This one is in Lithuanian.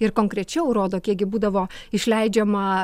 ir konkrečiau rodo kiek gi būdavo išleidžiama